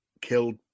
killed